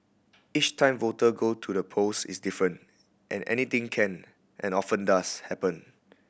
each time voter go to the polls is different and anything can and often does happen